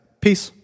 Peace